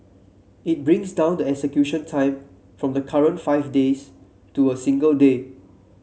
it brings down the execution time from the current five days to a single day